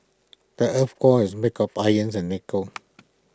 the Earth's core is make of iron and nickel